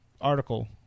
article